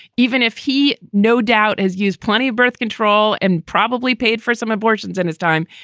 even if he no doubt has used plenty of birth control and probably paid for some abortions in his time.